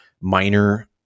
minor